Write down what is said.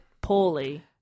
poorly